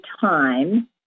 time